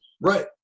Right